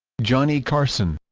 johnny carson